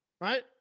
right